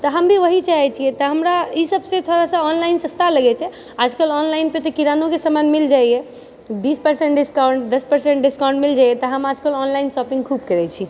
तऽ हम भी ओएह चाहै छियै तऽ हमरा ई सब से थोड़ा सा ऑनलाइन सस्ता लगै छै आजकल ऑनलाइनके किरानोके समान मिल जाइए बीस परसेंट डिस्काउंट दश परसेंट डिस्काउंट मिल जाइए तऽ हम आजकल ऑनलाइन शॉपिंग खूब करैत छी